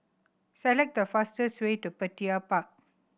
select the fastest way to Petir Park